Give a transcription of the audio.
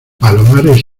palomares